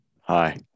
Hi